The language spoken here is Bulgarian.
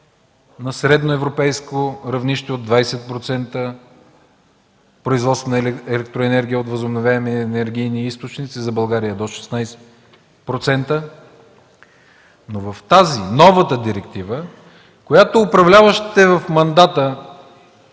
на средноевропейско равнище от 20% производство на електроенергия от възобновяеми енергийни източници, за България до 16%, но в тази, новата директива, която управляващите от мандата